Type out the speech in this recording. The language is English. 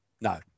No